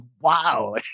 wow